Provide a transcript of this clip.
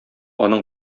аның